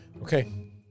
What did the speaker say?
Okay